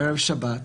בערב שבת,